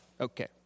Okay